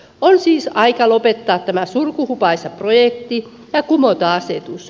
on siis aika lopettaa tämä surkuhupaisa projekti ja kumota asetus